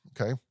okay